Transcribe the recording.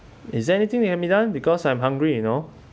is there anything that can been done because I'm hungry you know